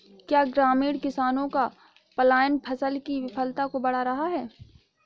क्या ग्रामीण किसानों का पलायन फसल की विफलता को बढ़ा रहा है?